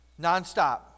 nonstop